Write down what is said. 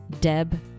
Deb